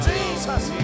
Jesus